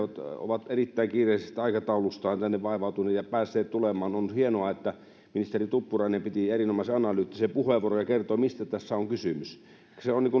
ovat erittäin kiireisistä aikatauluistaan huolimatta tänne vaivautuneet ja päässeet tulemaan on hienoa että ministeri tuppurainen piti erinomaisen analyyttisen puheenvuoron ja kertoi mistä tässä on kysymys se on